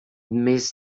miss